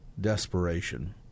desperation